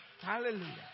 Hallelujah